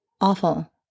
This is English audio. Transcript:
Awful